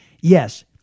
Yes